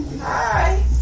hi